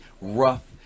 rough